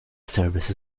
service